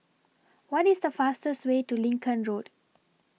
What IS The fastest Way to Lincoln Road